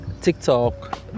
TikTok